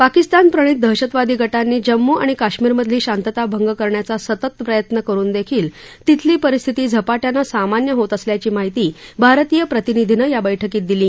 पाकिस्तान प्रणित दहशतवादी गटांनी जम्मू आणि काश्मीरमधली शांतता भंग करण्याचा सतत प्रयत्न करुन देखील तिथली परिस्थिती झपाटयानं सामान्य होत असल्याची माहिती भारतीय प्रतिनिधीनं या बैठकीत दिली